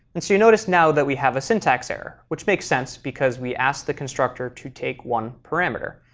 and so you notice now that we have a syntax error, which makes sense, because we asked the constructor to take one parameter.